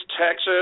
Texas